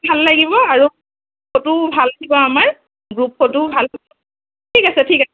ভাল লাগিব আৰু ফটোও ভাল উঠিব আমাৰ গ্ৰুপ ফটোও ভাল হ'ব ঠিক আছে ঠিক আছে